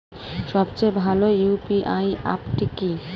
সবচেয়ে ভালো ইউ.পি.আই অ্যাপটি কি আছে?